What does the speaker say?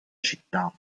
città